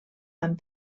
amb